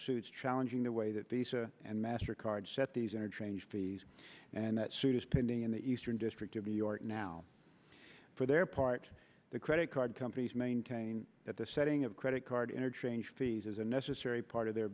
suits challenging the way that d c and mastercard set these interchange fees and that suit is pending in the eastern district of new york now for their part the credit card companies maintain that the setting of credit card interchange fees is a necessary part of their